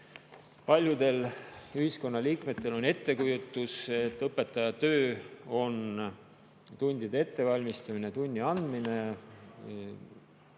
paljudel ühiskonnaliikmetel on ettekujutus, et õpetaja töö on tundide ettevalmistamine ja tunni andmine,